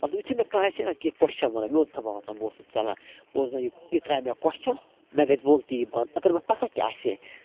مطلب یُتھٕے مےٚ کانٛہہ آسہِ ہہ نہ کیٚنٛہہ کۄسچن وَنان مےٚ اوس دَباو وۄتھان بہٕ اوسُس ژلان بہٕ اوسُس دَپان یہِ یہِ ترٛایہِ مےٚ کۄسچن مےٚ گَژھِ بولتی یی بنٛد اگر مےٚ پتاہ تہِ آسہِ ہے